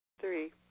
Three